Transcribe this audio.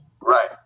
Right